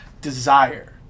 desire